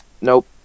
Nope